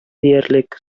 диярлек